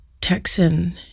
Texan